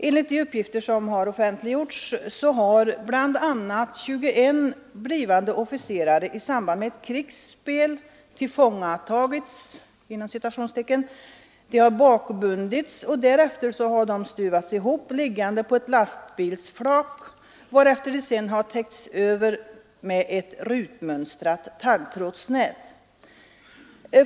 Enligt 11 | de uppgifter som offentliggjorts har bl.a. 21 blivande officerare i samband med ett krigsspel ”tillfångatagits”, bakbundits och stuvats ihop liggande på ett lastbilsflak, varefter de täckts över med ett rutmönstrat taggtrådsnät.